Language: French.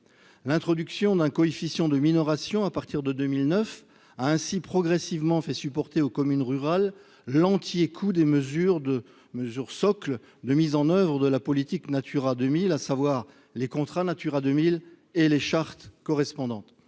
L'introduction d'un coefficient de minoration à partir de 2009 a ainsi progressivement fait supporter aux communes rurales l'entier coût des mesures socles de mise en oeuvre de la politique Natura 2000, à savoir les contrats Natura 2000 et les chartes correspondantes.